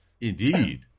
Indeed